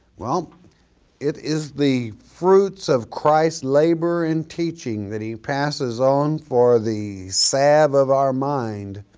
well it is the fruits of christ's labor and teaching that he passes on for the save of our mind